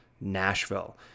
Nashville